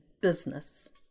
Business